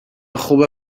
خوبه